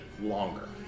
longer